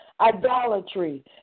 idolatry